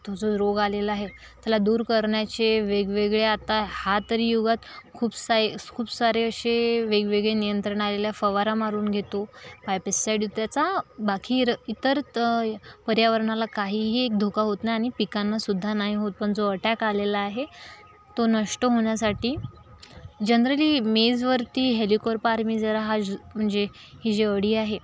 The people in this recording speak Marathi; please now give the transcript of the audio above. तो जो रोग आलेला आहे त्याला दूर करण्याचे वेगवेगळे आता हा तरी युगात खूप साई खूप सारे असे वेगवेगळे नियंत्रण आलेल्या फवारा मारून घेतो बायपेसाइड त्याचा बाकी इतर तर पर्यावरणाला काहीही एक धोका होत नाही आणि पिकांना सुद्धा नाही होत पण जो अटॅक आलेला आहे तो नष्ट होण्यासाठी जनरली मेझवरती हेलिकोरपार्मिजर हा म्हणजे हि जी अळी आहे